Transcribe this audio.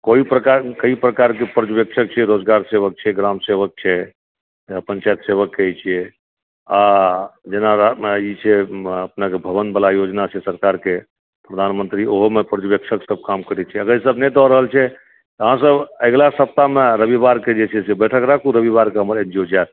कइ प्रकारके प्रवेक्षक छियै रोजगार सेवक छै ग्राम सेवक छै जेना पञ्चायत सेवक कहै छियै आ जेना ई छै अपने के भवन वाला योजना छै सरकारके प्रधानमन्त्री ओहोमे प्रवेक्षक सभ काम करै छै अगर ई सभ नहि दऽ रहल छै तऽ अहाँ सभ अगिला सप्ताहमे रविवारके जे छै से बैठक राखू रविवारकेँ हमर एन जी ओ जाएत